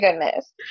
goodness